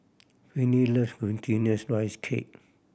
Finley love Glutinous Rice Cake